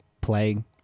playing